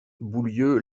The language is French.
boulieu